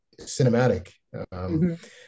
cinematic